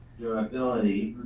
durability,